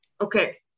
okay